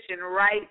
right